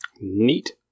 neat